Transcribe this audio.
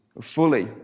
fully